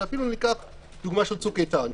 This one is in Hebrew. אבל אפילו ניקח כדוגמה את צוק איתן,